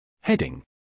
Heading